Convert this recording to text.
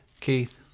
Keith